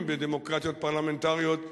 בדמוקרטיות פרלמנטריות,